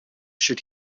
should